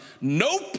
Nope